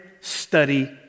study